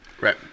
Right